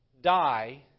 die